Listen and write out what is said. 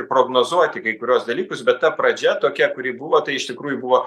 ir prognozuoti kai kuriuos dalykus bet ta pradžia tokia kuri buvo tai iš tikrųjų buvo